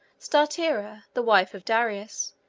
statira, the wife of darius,